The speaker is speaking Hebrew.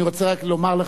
אני רוצה רק לומר לך,